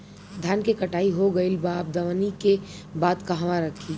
धान के कटाई हो गइल बा अब दवनि के बाद कहवा रखी?